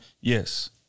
yes